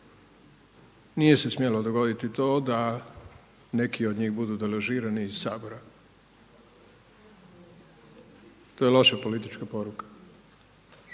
Nije se smjelo dogoditi to da neki od njih budu deložirani iz Sabora. To je loš politička poruka.